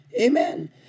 amen